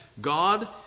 God